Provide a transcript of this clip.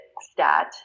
stat